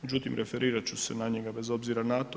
Međutim, referirat ću se na njega bez obzira na to.